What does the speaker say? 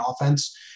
offense